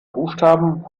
buchstaben